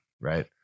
right